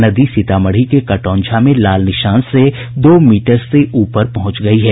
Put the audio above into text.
नदी सीतामढ़ी के कटौंझा में अब लाल निशान से दो मीटर से ऊपर पहुंच गयी है